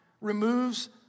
removes